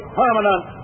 permanent